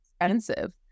expensive